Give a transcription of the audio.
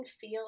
feel